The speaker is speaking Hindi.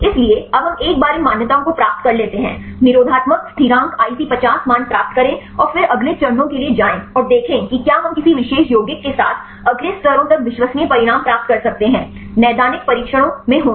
इसलिए अब हम एक बार इन मान्यताओं को प्राप्त कर लेते हैं निरोधात्मक स्थिरांक IC50 मान प्राप्त करें और फिर अगले चरणों के लिए जाएं और देखें कि क्या हम किसी विशेष यौगिक के साथ अगले स्तरों तक विश्वसनीय परिणाम प्राप्त कर सकते हैं नैदानिक परीक्षणों में होना